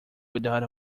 without